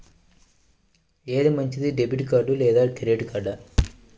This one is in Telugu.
ఏది మంచిది, డెబిట్ కార్డ్ లేదా క్రెడిట్ కార్డ్?